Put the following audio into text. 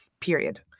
period